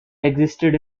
existed